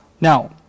now